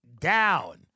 down